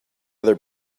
other